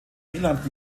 wieland